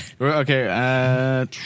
Okay